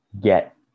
get